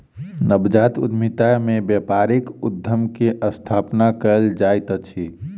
नवजात उद्यमिता में व्यापारिक उद्यम के स्थापना कयल जाइत अछि